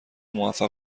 موفق